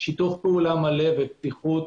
שיתוף פעולה מלא ופתיחות